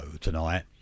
tonight